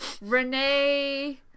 Renee